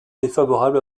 défavorable